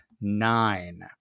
nine